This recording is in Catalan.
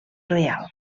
reial